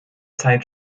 zeit